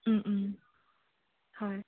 হয়